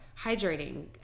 hydrating